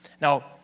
Now